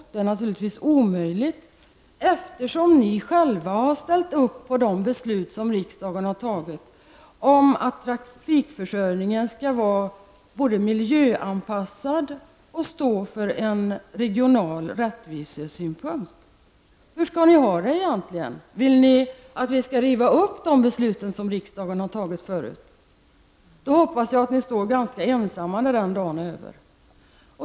Det är naturligtvis omöjligt, eftersom ni själva har ställt upp bakom de beslut som riksdagen har fattat om att trafikförsörjningen både skall vara miljöanpassad och stå för regional rättvisa. Hur skall ni ha det egentligen? Vill ni att vi skall riva upp de besluten, som riksdagen har fattat förut? Då hoppas jag att ni står ensamma när den dagen är över.